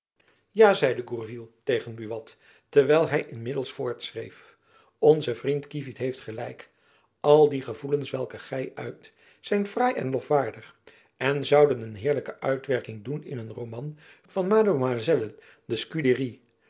ja zeide gourville tegen buat terwijl hy inmiddels voortschreef onze vriend kievit heeft gelijk al die gevoelens welke gy uit zijn fraai en lofwaardig en zouden een heerlijke uitwerking doen in een roman van mademoiselle de scudéri